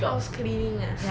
house cleaning ah